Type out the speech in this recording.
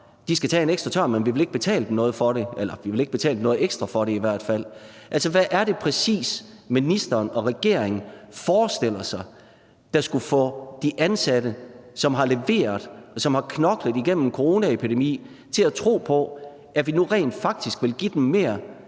skal tage en ekstra tørn, uden at vi vil betale dem noget ekstra for det? Altså, hvad er det præcis, ministeren og regeringen forestiller sig der skulle få de ansatte, som har leveret, og som har knoklet igennem en coronaepidemi, til at tro på, at vi nu rent faktisk vil give dem mere